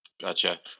Gotcha